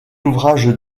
ouvrage